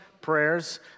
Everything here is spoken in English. prayers